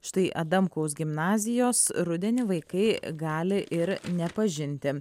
štai adamkaus gimnazijos rudenį vaikai gali ir nepažinti